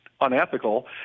unethical